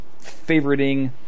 favoriting